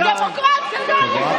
סדרנים,